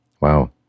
wow